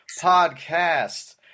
Podcast